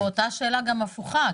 ואותה השאלה היא גם הפוכה,